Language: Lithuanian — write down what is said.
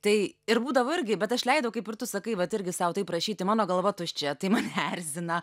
tai ir būdavo irgi bet aš leidau kaip ir tu sakai vat irgi sau taip rašyti mano galva tuščia tai mane erzina